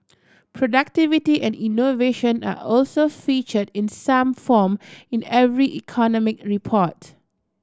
productivity and innovation are also featured in some form in every economic report